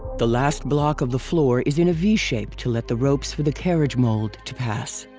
the last block of the floor is in a v shape to let the ropes for the carriage mold to pass.